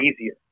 easier